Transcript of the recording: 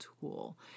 tool